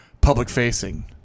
public-facing